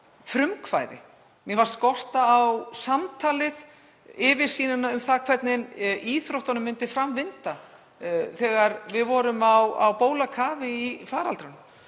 frumkvæði. Mér fannst skorta á samtalið og yfirsýn um það hvernig íþróttunum myndi fram vinda þegar við vorum á bólakafi í faraldrinum,